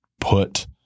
put